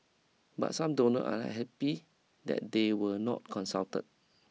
but some donor are unhappy that they were not consulted